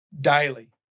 daily